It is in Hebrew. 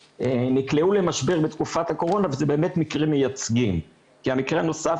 שנקלעו למשבר בתקופת הקורונה ואלה באמת מקרים מייצגים כי המקרה הנוסף